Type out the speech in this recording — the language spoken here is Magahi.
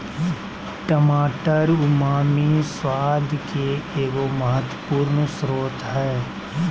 टमाटर उमामी स्वाद के एगो महत्वपूर्ण स्रोत हइ